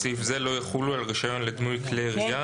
סעיף זה לא יחולו על רישיון לדמוי כלי ירייה."